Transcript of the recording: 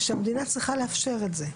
שהמדינה צריכה לאפשר את זה.